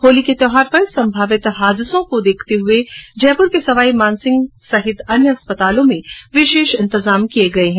होली के त्यौहार पर संभावित हादसों को देखते हुए जयपूर के सवाई मानसिंह सहित अन्य अस्पतालों में विशेष इंतजाम किए गए हैं